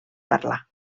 parlar